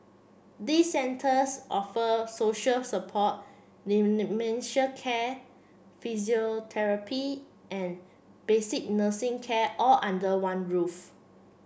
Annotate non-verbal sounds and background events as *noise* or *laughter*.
these centres offer social support *unintelligible* care physiotherapy and basic nursing care all under one roof